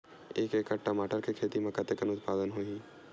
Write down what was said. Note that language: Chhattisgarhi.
एक एकड़ टमाटर के खेती म कतेकन उत्पादन होही?